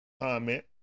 comment